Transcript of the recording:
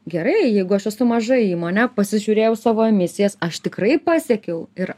gerai jeigu aš esu maža įmonė pasižiūrėjau savo emisijas aš tikrai pasiekiau ir